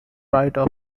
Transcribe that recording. writer